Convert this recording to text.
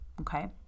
okay